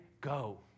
go